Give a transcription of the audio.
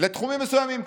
לתחומים מסוימים.